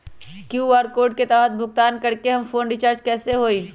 QR code के तहद भुगतान करके हम फोन रिचार्ज कैसे होई?